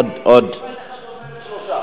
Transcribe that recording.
אין הרבה נושאים,